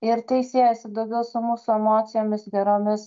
ir tai siejasi daugiau su mūsų emocijomis geromis